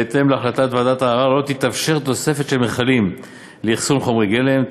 בהתאם להחלטת ועדת הערר לא תתאפשר תוספת של מכלים לאחסון חומרי גלם,